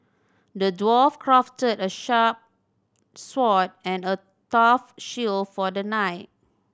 the dwarf crafted a sharp sword and a tough shield for the knight